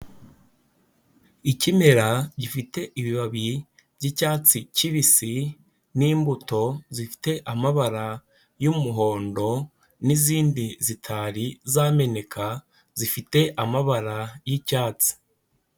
Ikimera gifite ibibabi by'icyatsi kibisi n'imbuto zifite amabara y'umuhondo, n'izindi zitari zameneka zifite amabara y'icyatsi.